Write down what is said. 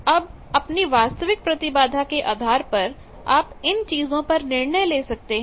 अब अपनी वास्तविक प्रतिबाधा के आधार पर आप इन चीजों पर निर्णय ले सकते हैं